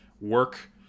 work